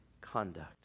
conduct